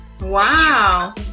Wow